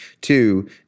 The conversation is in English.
Two